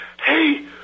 hey